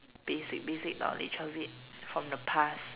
basic basic knowledge of it from the past